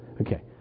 Okay